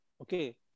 Okay